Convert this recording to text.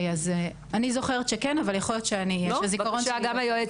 אני זוכרת שכן אבל יכול להיות שהזיכרון שלי --- לא.